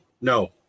No